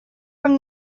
from